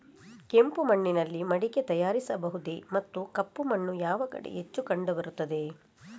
ಕೆಂಪು ಮಣ್ಣಿನಲ್ಲಿ ಮಡಿಕೆ ತಯಾರಿಸಬಹುದೇ ಮತ್ತು ಕಪ್ಪು ಮಣ್ಣು ಯಾವ ಕಡೆ ಹೆಚ್ಚು ಕಂಡುಬರುತ್ತದೆ?